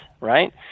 right